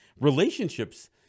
relationships